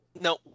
No